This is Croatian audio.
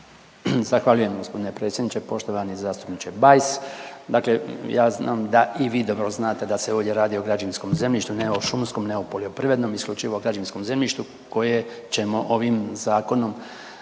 Zahvaljujem gospodine predsjedniče. Poštovani zastupniče Bajs, dakle ja znam da i vi dobro znate da se ovdje radi o građevinskom zemljištu, ne o šumskom, ne o poljoprivrednom isključivo o građevinskom zemljištu koje ćemo ovim zakonom